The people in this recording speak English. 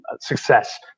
success